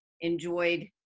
enjoyed